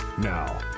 Now